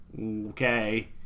okay